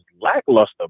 lackluster